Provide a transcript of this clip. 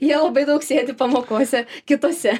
jie labai daug sėdi pamokose kitose